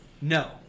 No